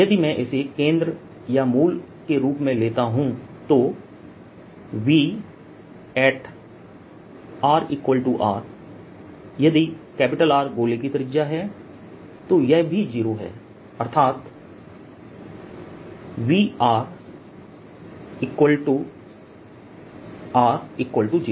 यदि मैं इसे केंद्र या मूल के रूप में लेता हूं तो VrR यदि R गोले की त्रिज्या है तो यह भी 0 है अर्थात Vr R 0